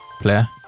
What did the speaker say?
Player